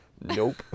nope